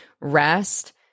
rest